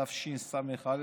התשס"א 2001,